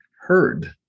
heard